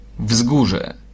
Wzgórze